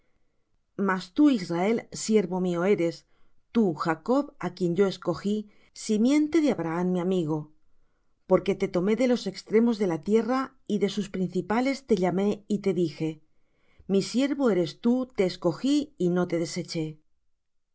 mas tú israel siervo mío eres tú jacob á quien yo escogí simiente de abraham mi amigo porque te tomé de los extremos de la tierra y de sus principales te llamé y te dije mi siervo eres tú te escogí y no te deseché